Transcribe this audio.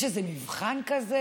יש איזה מבחן כזה?